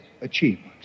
achievements